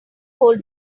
whole